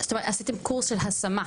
זאת אומרת, עשיתם קורס של השמה.